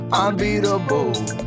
unbeatable